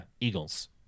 eagles